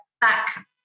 back